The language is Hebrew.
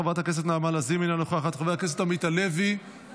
חברת הכנסת אימאן ח'טיב יאסין,